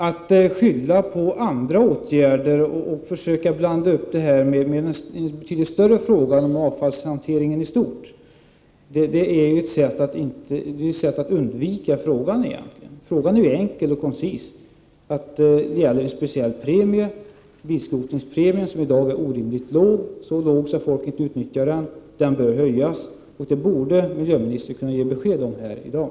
Att tala om andra åtgärder och försöka göra frågan till en betydligt större fråga, så att det handlar om avfallshanteringen i stort, är ett sätt att undvika frågan. Frågan är enkel och koncis. Det gäller en speciell premie, bilskrotningspremien, som i dag är orimligt låg — så låg att folk inte utnyttjar den. Premien bör därför höjas, och det borde miljöministern kunna ge besked om här i dag.